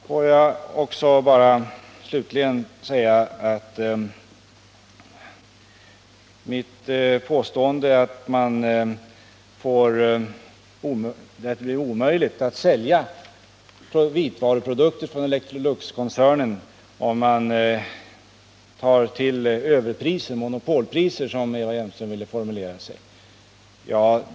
Får jag slutligen bara säga något om mitt påstående att det blir omöjligt att sälja vitvaruprodukter från Electroluxkoncernen, om man tar till överpriser, dvs. monopolpriser som Eva Hjelmström ville formulera sig.